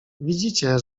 widzicie